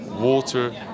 water